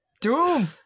Doom